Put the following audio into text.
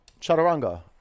chaturanga